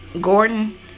Gordon